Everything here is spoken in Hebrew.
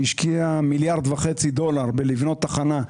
שהשקיע 1.5 מיליארד דולר בבניית תחנה,